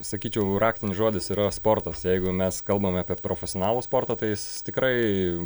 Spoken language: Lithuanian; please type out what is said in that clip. sakyčiau raktinis žodis yra sportas jeigu mes kalbame apie profesionalų sportą tai tikrai